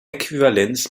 äquivalenz